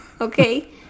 okay